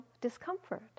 discomfort